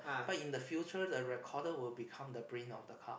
but in the future the recorder will become the brain of the car